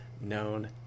known